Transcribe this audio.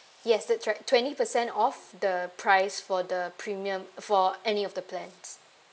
yes that's right twenty percent off the price for the premium for any of the plans